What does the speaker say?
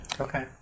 okay